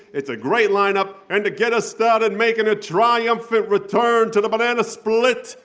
it's a great lineup. and to get us started, making a triumphant return to the banana split,